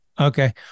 Okay